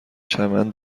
چمن